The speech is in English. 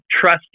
trust